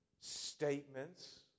statements